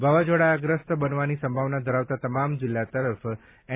વાવાઝોડાગ્રસ્ત બનવાની સંભાવના ધરાવતા તમામ જિલ્લા તરફ એન